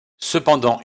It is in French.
cependant